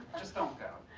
just don't go.